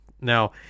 Now